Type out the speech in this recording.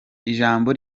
ijambo